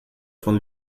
von